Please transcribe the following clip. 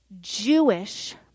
Jewish